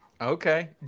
Okay